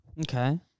okay